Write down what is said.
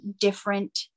different